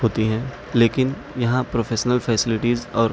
ہوتی ہیں لیکن یہاں پروفیشنل فیسلٹیز اور